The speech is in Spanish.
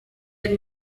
del